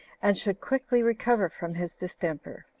and should quickly recover from his distemper.